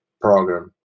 program